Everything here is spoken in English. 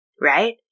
right